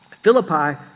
Philippi